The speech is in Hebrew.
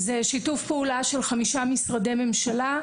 זהו שיתוף פעולה של חמישה משרדי ממשלה,